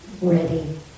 ready